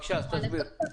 תודה.